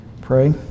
pray